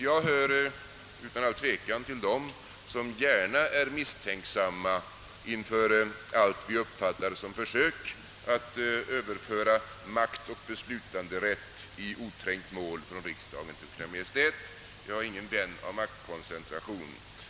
Jag hör utan all tvekan till dem som gärna är misstänksamma inför allt vi uppfattar som försök att överföra makt och beslutanderätt i oträngt mål från riksdagen till Kungl. Maj:t Jag är ingen vän av maktkoncentration.